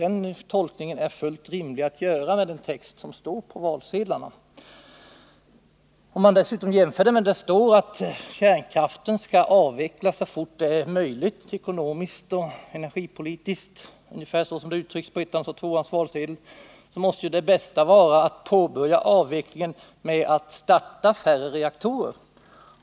Den tolkningen är fullt rimlig att göra utifrån den text som finns på valsedlarna. Det står vidare på 1:ans och 2:ans valsedlar att kärnkraften skall avvecklas så snart det är ekonomiskt och energipolitiskt möjligt. Det bästa måste ju då vara att påverka avvecklingen genom att starta färre reaktorer.